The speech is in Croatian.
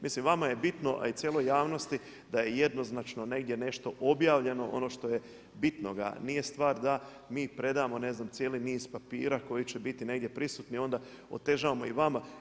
Mislim vama je bitno, a i cijelo javnosti, da je jednoznačno negdje nešto objavljeno, ono što je bitnoga, nije stvar da mi predamo ne znam cijeli niz papira koji će biti negdje prisutni, onda otežavamo i vama.